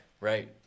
Right